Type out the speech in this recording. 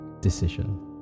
decision